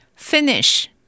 Finish